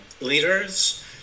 leaders